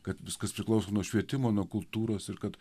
kad viskas priklauso nuo švietimo nuo kultūros ir kad